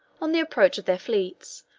on the approach of their fleets,